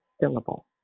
syllable